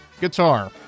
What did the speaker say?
guitar